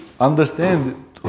understand